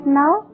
now